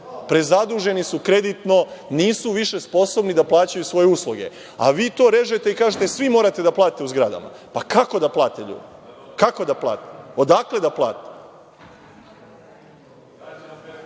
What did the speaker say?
Prezaduženi su kreditno, nisu više sposobni da plaćaju svoje usluge a vi to režete i kažete – svi morate da platite u zgradama. Kako da plate ljudi? Kako da plate? Odakle da plate?